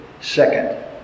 second